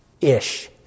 Ish